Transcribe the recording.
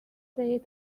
state